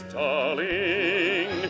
darling